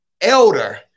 elder